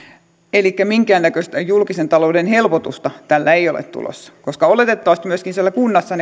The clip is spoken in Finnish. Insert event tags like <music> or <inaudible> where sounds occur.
elikkä minkäännäköistä julkisen talouden helpotusta tällä ei ole tulossa koska oletettavasti myöskin siellä kunnassa <unintelligible>